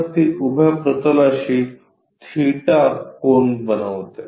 तर ती उभ्या प्रतलाशी थीटा कोन बनवते